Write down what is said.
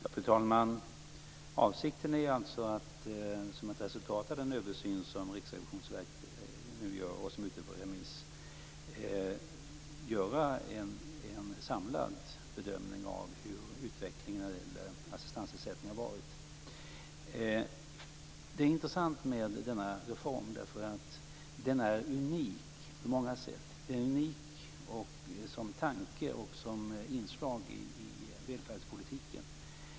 Fru talman! Avsikten är alltså att som ett resultat av den översyn som Riksförsäkringsverket nu gör och som är ute på remiss göra en samlad bedömning av hur utvecklingen när det gäller assistansersättningar har varit. Det är intressant med denna reform därför att den är unik på många sätt. Den är unik som tanke och som inslag i välfärdspolitiken.